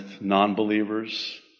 non-believers